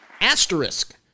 asterisk